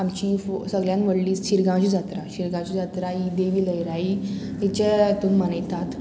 आमची सगल्यान व्हडली शिरगांवची जात्रा शिरगांवची जात्रा ही देवी लईराई चे हितून मनयतात